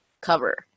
cover